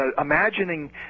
imagining